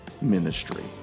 ministry